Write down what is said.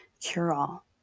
cure-all